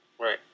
Right